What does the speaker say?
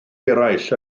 eraill